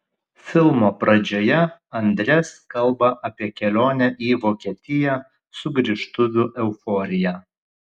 filmo pradžioje andres kalba apie kelionę į vokietiją sugrįžtuvių euforiją